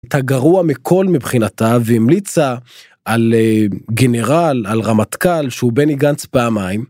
את הגרוע מכל מבחינתה, והמליצה על גנרל, על רמטכ"ל, שהוא בני גנץ פעמיים.